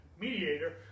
mediator